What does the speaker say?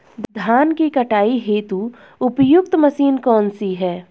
धान की कटाई हेतु उपयुक्त मशीन कौनसी है?